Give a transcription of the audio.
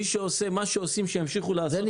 מי שעושה שימשיך לעשות.